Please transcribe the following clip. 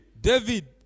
David